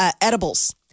Edibles